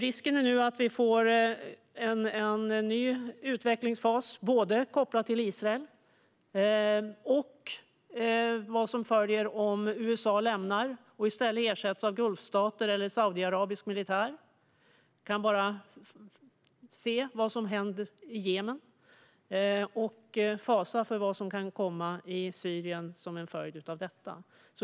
Risken är nu att vi får en ny utvecklingsfas kopplad både till Israel och till vad som följer om USA lämnar Syrien och ersätts av militär från Gulfstaterna eller Saudiarabien. Vi kan bara se vad som hänt i Jemen och fasa för vad som kan komma i Syrien som en följd av detta.